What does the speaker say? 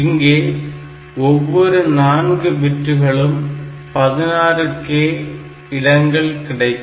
இங்கே ஒவ்வொரு 4 பிட்டுக்கும் 16k இடங்கள் கிடைக்கும்